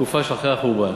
בתקופה שאחרי החורבן,